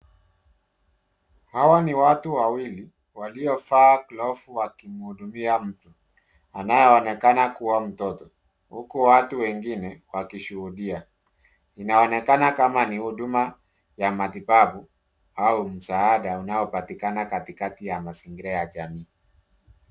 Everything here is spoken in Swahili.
Hawa ni watu wawili waliovaa glavu wakimhudumia mtu anayeonekana kuwa mtoto huku watu wengine wakishuhudia. Inaonekana kama ni huduma ya matibabu au msaada unaopatikana katikati ya mazingira ya jamii.